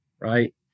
right